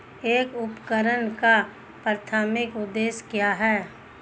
एक उपकरण का प्राथमिक उद्देश्य क्या है?